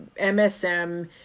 MSM